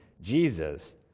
Jesus